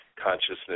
consciousness